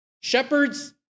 Shepherds